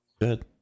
good